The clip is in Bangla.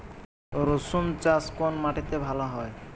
রুসুন চাষ কোন মাটিতে ভালো হয়?